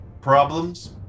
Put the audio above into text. problems